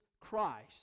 Christ